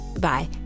bye